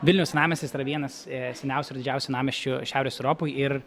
vilniaus senamiestis yra vienas seniausių ir didžiausių senamiesčių šiaurės europoj ir